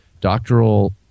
doctoral